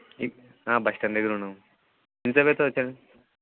ఈ bus stand దగ్గర ఉన్నాం ఎంతసేపు అవుతుంది వచ్చేకి